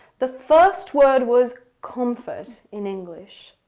the first word was comfort in english.